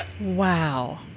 Wow